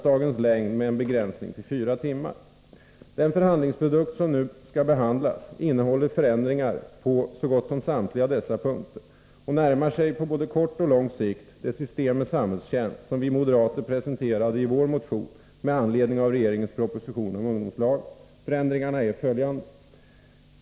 Den förhandlingsprodukt som nu skall behandlas innehåller förändringar på samtliga dessa punkter och närmar sig på både kort och lång sikt det system med samhällstjänst som vi moderater presenterade i vår motion med anledning av propositionen om ungdomslagen. Förändringarna är följande: 1.